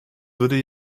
würde